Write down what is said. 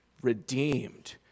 redeemed